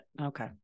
Okay